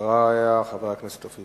אחריה יהיה חבר הכנסת אופיר